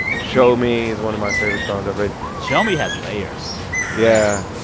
show me is one of my favorite songs i've written show me has layers yeah.